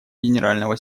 генерального